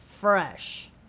fresh